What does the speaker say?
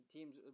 Teams